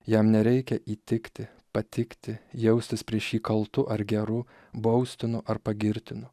jam nereikia įtikti patikti jaustis prieš jį kaltu ar geru baustinu ar pagirtinu